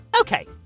Okay